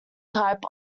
type